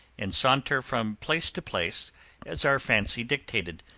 and saunter from place to place as our fancy dictated.